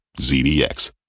ZDX